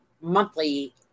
Monthly